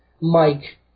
Mike